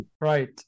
Right